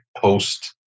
post